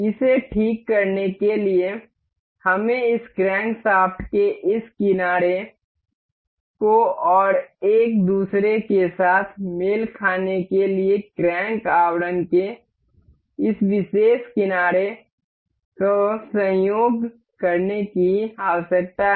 इसे ठीक करने के लिए हमें इस क्रैंकशाफ्ट के इस किनारे को और एक दूसरे के साथ मेल खाने के लिए क्रैंक आवरण के इस विशेष किनारे को संयोग करने की आवश्यकता है